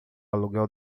aluguel